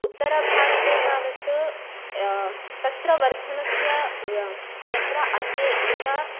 उत्तरभारते तावत् तत्र वर्धनस्य तत्र अन्ये एव